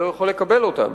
לא יכול לקבל אותם.